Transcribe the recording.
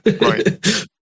Right